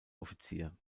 offizier